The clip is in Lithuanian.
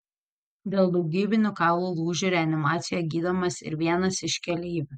dėl daugybinių kaulų lūžių reanimacijoje gydomas ir vienas iš keleivių